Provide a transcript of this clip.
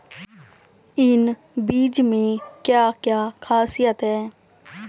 इन बीज में क्या क्या ख़ासियत है?